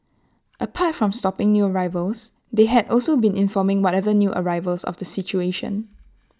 apart from stopping new arrivals they had also been informing whatever new arrivals of the situation